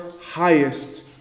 highest